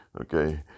okay